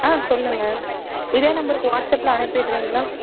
ஆ சொல்லுங்கள் இதே நம்பருக்கு வாட்ஸாப்பில் அனுப்பிடுறீங்களா